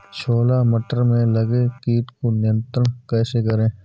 छोला मटर में लगे कीट को नियंत्रण कैसे करें?